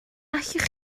allwch